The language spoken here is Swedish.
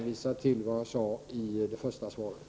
1988/89:118